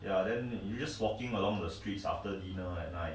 ya then you just walking along the streets after dinner at night